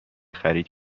خرید